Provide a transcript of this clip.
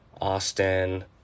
Austin